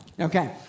okay